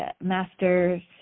masters